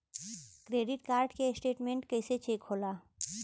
Credit card के statement कइसे check होला?